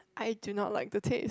I do not like the taste